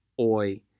Oi